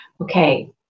okay